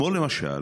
למשל,